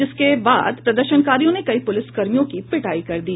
इसके बाद प्रदर्शनकारियों ने कई पुलिसकर्मियों की पिटाई कर दी